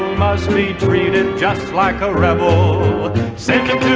must be treated just like a rebel second